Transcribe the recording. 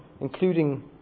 including